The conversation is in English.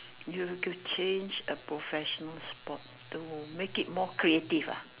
you to change a professional sport to make it more creative ah